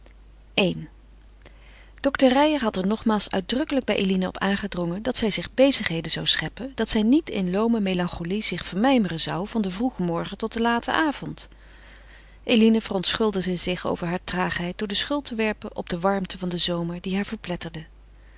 i dokter reijer had er nogmaals uitdrukkelijk bij eline op aangedrongen dat zij zich bezigheden zou scheppen dat zij niet in loome melancholie zich vermijmeren zou van den vroegen morgen tot den laten avond eline verontschuldigde zich over hare traagheid door de schuld te werpen op de warmte van den zomer die haar verpletterde